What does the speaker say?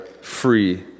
free